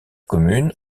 communes